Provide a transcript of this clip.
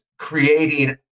creating